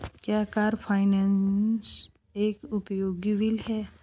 क्या car finance एक उपयोगिता बिल है?